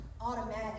automatic